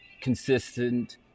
consistent